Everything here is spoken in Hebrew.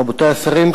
רבותי השרים,